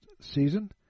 season